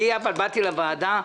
אני באתי לוועדה,